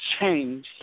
Change